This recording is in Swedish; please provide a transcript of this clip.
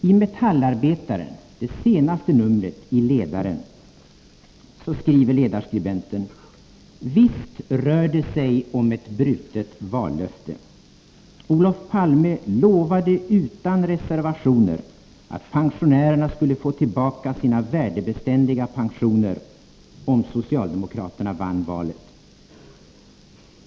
I Metallarbetaren, det senaste numrets ledare, skriver ledarskribenten: ”Och visst rör det sig om ett brutet vallöfte. Olof Palme lovade utan reservationer att pensionärerna skulle få tillbaka sina värdebeständiga pensioner om socialdemokraterna vann valet.